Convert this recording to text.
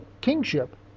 kingship